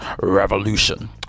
revolution